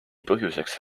põhjuseks